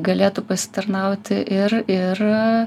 galėtų pasitarnauti ir ir